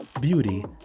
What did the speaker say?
Beauty